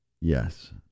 Yes